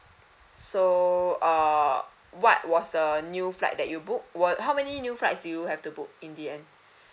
so uh what was the new flight that you booked how many new flights did you have to book in the end